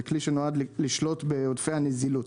זה כלי שנועד לשלוט בעודפי הנזילות.